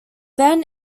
van